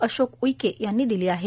अशोक उईके यांनी दिली आहे